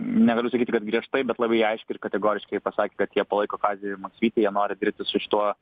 negaliu sakyti kad griežtai bet labai aiškiai ir kategoriškai pasakė kad jie palaiko kazį maksvytį jie nori dirbti su šituo